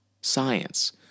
science